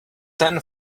ten